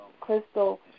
Crystal